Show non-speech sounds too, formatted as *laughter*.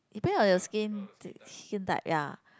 depend on your skin *noise* skin type ya